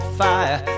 fire